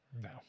No